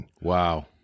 Wow